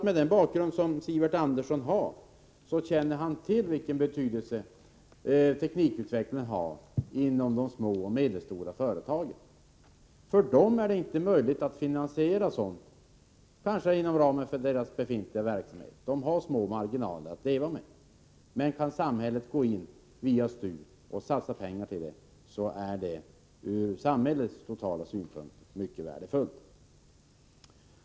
Med den bakgrund som Sivert Andersson har tror jag att han känner till vilken betydelse teknikutvecklingen har inom de små och medelstora företagen. För dem är det kanske inte möjligt att finansiera sådant inom ramen för deras befintliga verksamhet. De lever på små marginaler. Men kan samhället gå in via STU och satsa pengar till detta, är det ur samhällets totala synpunkt mycket värdefullt.